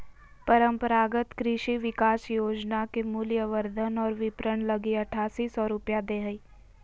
परम्परागत कृषि विकास योजना के मूल्यवर्धन और विपरण लगी आठासी सौ रूपया दे हइ